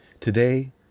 Today